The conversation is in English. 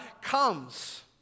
comes